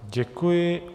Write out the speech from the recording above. Děkuji.